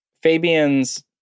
Fabian's